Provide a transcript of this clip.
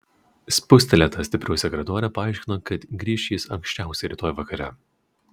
spustelėta stipriau sekretorė paaiškino kad grįš jis anksčiausiai rytoj vakare